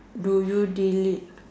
do you delete